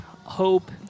Hope